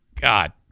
God